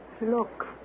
Look